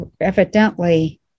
evidently